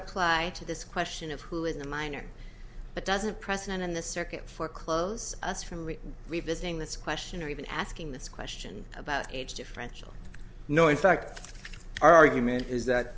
apply to this question of who is a minor but doesn't present in the circuit for close us from revisiting this question or even asking this question about age differential no in fact our argument is that